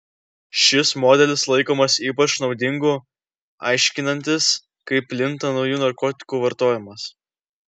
šis modelis laikomas ypač naudingu aiškinantis kaip plinta naujų narkotikų vartojimas